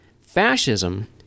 Fascism